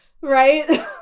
right